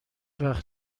وقت